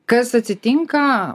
kas atsitinka